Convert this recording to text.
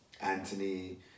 Anthony